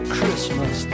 Christmas